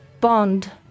bond